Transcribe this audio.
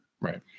Right